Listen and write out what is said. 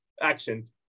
actions